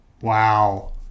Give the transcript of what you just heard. Wow